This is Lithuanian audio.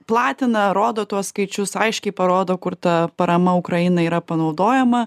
platina rodo tuos skaičius aiškiai parodo kur ta parama ukrainai yra panaudojama